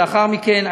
ולאחר מכן,